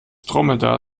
dromedar